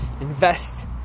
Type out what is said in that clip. invest